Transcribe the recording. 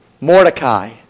Mordecai